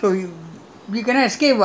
then the fight start